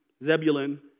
Zebulun